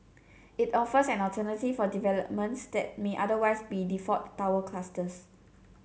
it offers an alternative for developments that might otherwise be default tower clusters